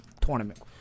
tournament